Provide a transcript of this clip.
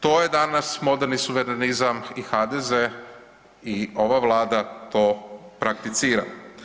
To je danas moderni suverenizam i HDZ i ova Vlada to prakticira.